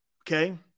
okay